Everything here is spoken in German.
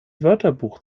wörterbuch